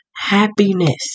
happiness